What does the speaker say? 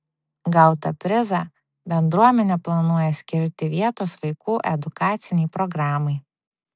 gautą prizą bendruomenė planuoja skirti vietos vaikų edukacinei programai